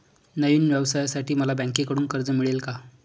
नवीन व्यवसायासाठी मला बँकेकडून कर्ज मिळेल का?